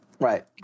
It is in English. Right